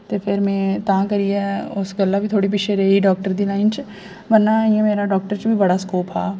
ते फिर में तां करियै उस गल्ला बी थोह्ड़ी पिच्छै रेई गेई डाक्टर दी लाइन च वर्ना इ'यां मेरा डाक्टर च बी बड़ा स्कोप हा